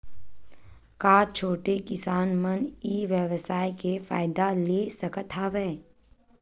का छोटे किसान मन ई व्यवसाय के फ़ायदा ले सकत हवय?